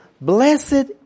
Blessed